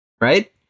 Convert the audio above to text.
right